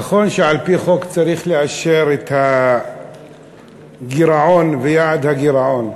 נכון שעל-פי חוק צריך לאשר את הגירעון ואת יעד הגירעון,